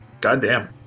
Goddamn